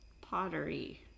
pottery